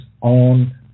on